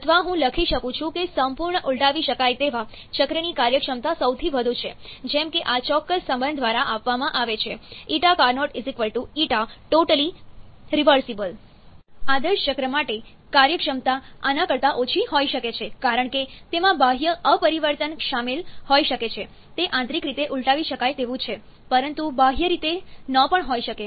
અથવા હું લખી શકું છું કે સંપૂર્ણ ઉલટાવી શકાય તેવા ચક્રની કાર્યક્ષમતા સૌથી વધુ છે જેમ કે આ ચોક્કસ સંબંધ દ્વારા આપવામાં આવે છે ƞCarnot ƞtotally reversible આદર્શ ચક્ર માટે કાર્યક્ષમતા આના કરતા ઓછી હોઈ શકે છે કારણ કે તેમાં બાહ્ય અપ્રતિવર્તન શામેલ હોઈ શકે છે તે આંતરિક રીતે ઉલટાવી શકાય તેવું છે પરંતુ બાહ્ય રીતે ન પણ હોઈ શકે